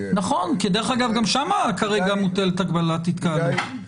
נכון, דרך אגב גם שם כרגע מוטלת הגבלת התקהלות.